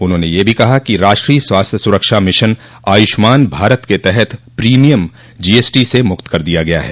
उन्होंने यह भी कहा कि राष्ट्रीय स्वास्थ्य सुरक्षा मिशन आयुष्मान भारत के तहत प्रीमियम जीएसटी से मूक्त कर दिया गया है